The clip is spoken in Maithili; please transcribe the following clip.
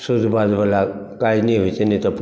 सुध बाधवला काज नहि होइ छै नहि तऽ